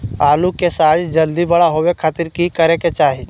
आलू के साइज जल्दी बड़ा होबे खातिर की करे के चाही?